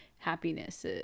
happiness